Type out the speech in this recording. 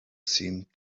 seemed